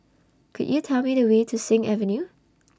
Could YOU Tell Me The Way to Sing Avenue